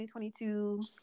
2022